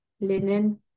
linen